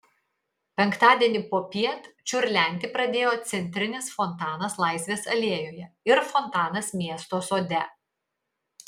penktadienį popiet čiurlenti pradėjo centrinis fontanas laisvės alėjoje ir fontanas miesto sode